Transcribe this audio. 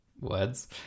Words